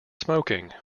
smoking